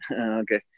Okay